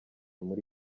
muri